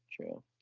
true